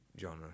genre